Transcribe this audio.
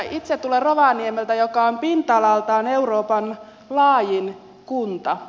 itse tulen rovaniemeltä joka on pinta alaltaan euroopan laajin kunta